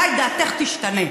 אולי דעתך תשתנה.